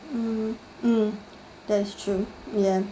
mm mm that's true ya